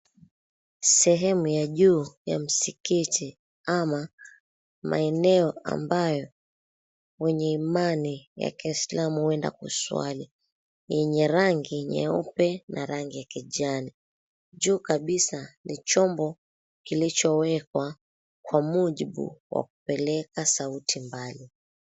Sehemu ya juu ya msikiti ama maeneo ambayo wenye imani ya Kiislamu huenda kuswali yenye rangi nyeupe na rangi ya kijani. Juu kabisa ni chombo kilicho wekwa kwa mujibu wa kupeleka sauti mbali.